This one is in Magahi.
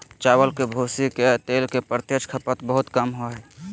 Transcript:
चावल के भूसी के तेल के प्रत्यक्ष खपत बहुते कम हइ